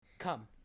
Come